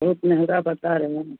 बहुत महंगा बता रहे हैं